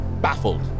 baffled